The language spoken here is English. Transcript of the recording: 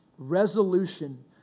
resolution